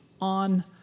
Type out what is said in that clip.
on